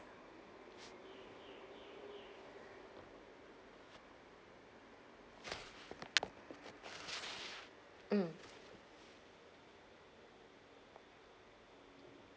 mm